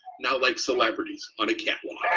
now like celebrities on a catwalk. a